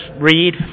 read